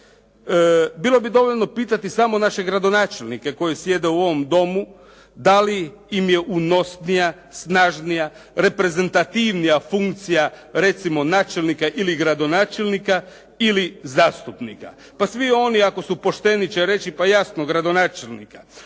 Bilo bi dovoljno pitati samo naše gradonačelnike koji sjede u ovom Domu da li im je unosnija, snažnija, reprezentativnija funkcija, recimo načelnika ili gradonačelnika ili zastupnika. Pa svi oni ako su pošteni će reći, pa jasno gradonačelnika.